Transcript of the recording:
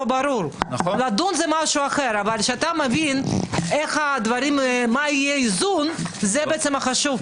לדון זה משהו אחר אבל כשאתה מבין מה יהיה האיזון - זה החשוב.